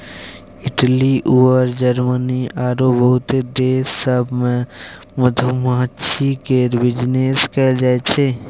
Italy अउर Germany आरो बहुते देश सब मे मधुमाछी केर बिजनेस कएल जाइ छै